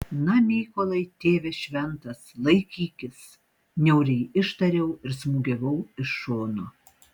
na mykolai tėve šventas laikykis niauriai ištariau ir smūgiavau iš šono